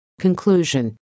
Conclusion